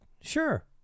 sure